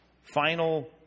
final